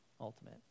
ultimate